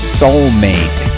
soulmate